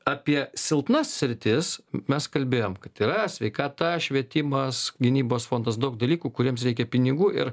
apie silpnas sritis mes kalbėjom kad yra sveikata švietimas gynybos fondas daug dalykų kuriems reikia pinigų ir